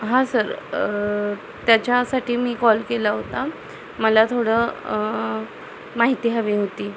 हां सर त्याच्यासाठी मी कॉल केला होता मला थोडं माहिती हवी होती